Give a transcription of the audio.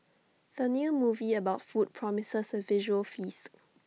the new movie about food promises A visual feast